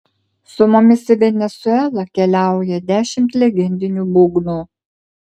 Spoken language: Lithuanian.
su mumis į venesuelą keliauja dešimt legendinių būgnų